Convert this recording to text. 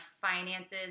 finances